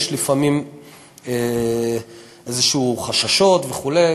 יש לפעמים איזשהם חששות וכו',